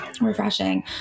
Refreshing